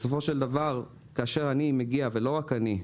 בסופו של דבר כאשר אני מגיע ולא רק אני,